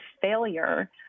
failure